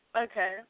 Okay